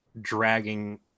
dragging